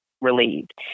relieved